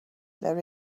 there